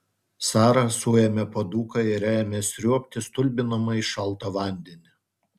sara suėmė puoduką ir ėmė sriuobti stulbinamai šaltą vandenį